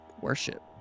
worship